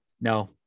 No